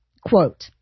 quote